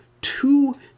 two